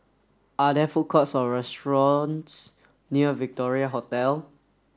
are there food courts or restaurants near Victoria Hotel